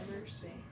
mercy